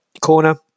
corner